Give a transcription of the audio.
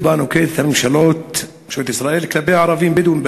שנוקטת ממשלת ישראל כלפי הערבים הבדואים,